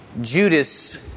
Judas